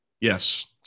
yes